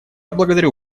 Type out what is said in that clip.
благодарю